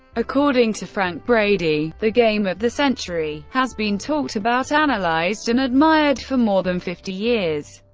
according to frank brady, the game of the century' has been talked about, analyzed, and admired for more than fifty years,